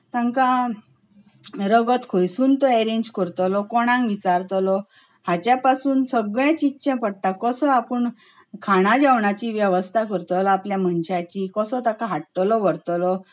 तांकां रगत खंयसून तो अरेंज करतलो कोणाक विचारतलो हाज्या पसून सगळें चिंतचें पडटा कसो आपूण खाणा जेवणाची वेवस्था करतलो आपल्या मनशाची कसो ताका हाडटलो व्हरतलो